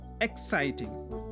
Exciting